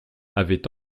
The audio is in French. avaient